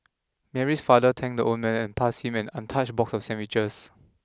Mary's father thanked the old man and passed him an untouched box of sandwiches